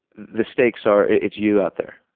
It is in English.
the stakes are it's you out there.